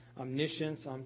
omniscience